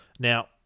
Now